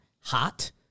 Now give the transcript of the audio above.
hot